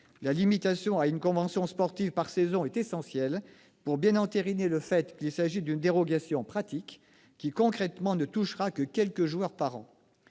La limitation à une convention sportive par saison est essentielle, pour bien entériner le fait qu'il s'agit d'une dérogation pratique, qui, concrètement, ne touchera que quelques joueurs par an.